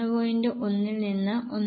1 ൽ നിന്ന് 1